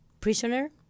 prisoner